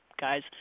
guys